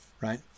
right